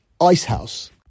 icehouse